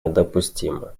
недопустимо